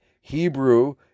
Hebrew